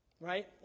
right